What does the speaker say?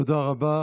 תודה רבה.